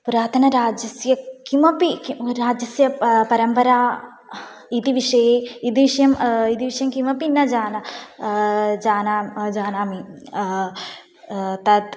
पुरातनराज्यस्य किमपि कि राज्यस्य प परम्परा इति विषये इति विषयम् इति विषयं किमपि न जानामि जानामि जानामि तत्